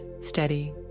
steady